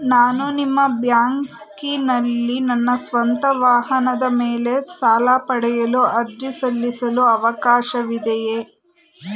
ನಾನು ನಿಮ್ಮ ಬ್ಯಾಂಕಿನಲ್ಲಿ ನನ್ನ ಸ್ವಂತ ವಾಹನದ ಮೇಲೆ ಸಾಲ ಪಡೆಯಲು ಅರ್ಜಿ ಸಲ್ಲಿಸಲು ಅವಕಾಶವಿದೆಯೇ?